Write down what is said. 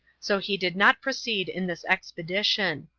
so he did not proceed in this expedition.